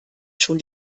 schon